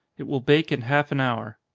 it will bake in half an hour.